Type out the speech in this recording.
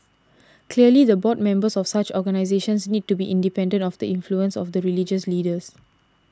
clearly the board members of such organisations need to be independent of the influence of the religious leaders